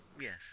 Yes